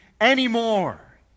anymore